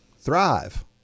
thrive